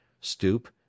stoop